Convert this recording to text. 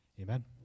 amen